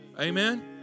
Amen